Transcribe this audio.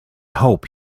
hope